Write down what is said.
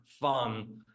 fun